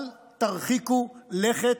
אל תרחיקו לכת.